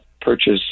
purchase